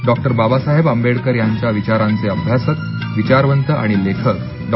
डॉ बाबासाहेब आंबेडकर यांच्या विचारांचे अभ्यासक विचारवंत आणि लेखक डॉ